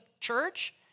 church